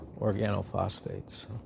organophosphates